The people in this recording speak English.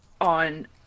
on